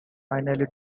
finally